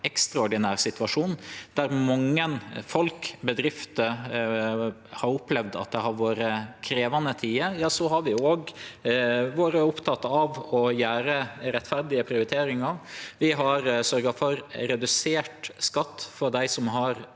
ekstraordinær situasjon, der mange folk og bedrifter har opplevd at det har vore krevjande tider, har vi vore opptekne av å gjere rettferdige prioriteringar. Vi har sørgt for redusert skatt for dei som har